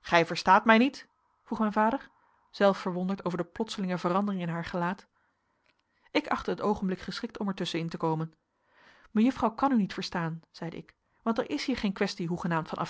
gij verstaat mij niet vroeg mijn vader zelf verwonderd over de plotselinge verandering in haar gelaat ik achtte het oogenblik geschikt om er tusschen in te komen mejuffrouw kan u niet verstaan zeide ik want er is hier geen quaestie hoegenaamd van